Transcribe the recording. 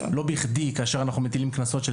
לא בכדי כאשר אנחנו מטילים קנסות של